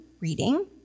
reading